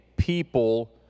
people